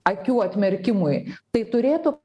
akių atmerkimui tai turėtų